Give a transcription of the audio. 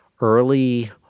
Early